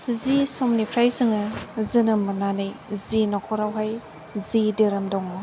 जि समनिफ्राइ जोङो जोनोम मोननानै जि न'खरावहाय जि धोरोम दङ